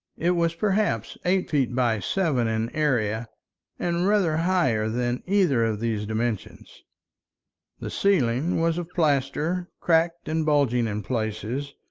it was perhaps eight feet by seven in area and rather higher than either of these dimensions the ceiling was of plaster, cracked and bulging in places,